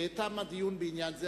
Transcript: תם הדיון בעניין זה.